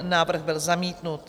Návrh byl zamítnut.